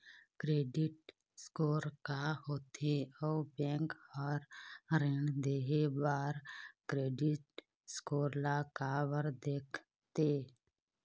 Credit score का होथे अउ बैंक हर ऋण देहे बार क्रेडिट स्कोर ला काबर देखते?